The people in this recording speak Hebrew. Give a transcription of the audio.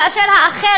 כאשר האחר,